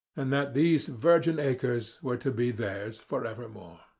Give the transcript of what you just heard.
and that these virgin acres were to be theirs for evermore.